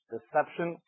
Deception